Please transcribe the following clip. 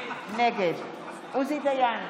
נגד עוזי דיין,